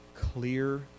Clear